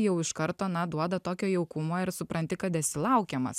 jau iš karto na duoda tokio jaukumo ir supranti kad esi laukiamas